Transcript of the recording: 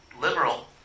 Liberal